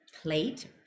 plate